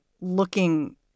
looking